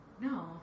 No